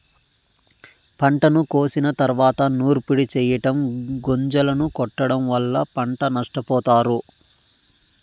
పంటను కోసిన తరువాత నూర్పిడి చెయ్యటం, గొంజలను కొట్టడం వల్ల పంట నష్టపోతారు